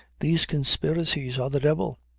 these conspiracies are the devil.